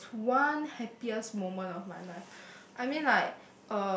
there is one happiest moment of my life I mean like